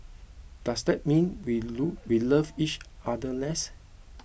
does that mean we we love each other less